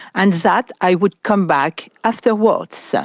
and that i would come back afterwards. so